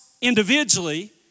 individually